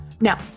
Now